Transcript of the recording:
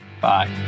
Bye